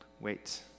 Wait